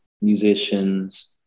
musicians